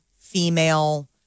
female